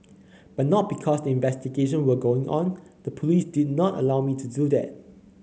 but not because the investigation were going on the police did not allow me to do that